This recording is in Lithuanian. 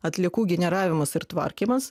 atliekų generavimas ir tvarkymas